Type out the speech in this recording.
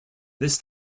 this